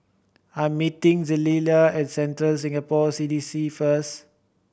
I am meeting Zelia at Central Singapore C D C first